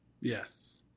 Yes